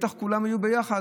שבטח כולם יהיו ביחד,